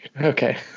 okay